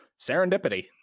serendipity